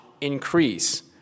increase